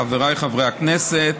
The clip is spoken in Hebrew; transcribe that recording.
חבריי חברי הכנסת,